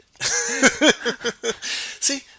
See